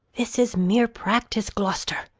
this is mere practice, gloucester.